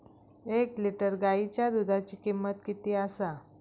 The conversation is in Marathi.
एक लिटर गायीच्या दुधाची किमंत किती आसा?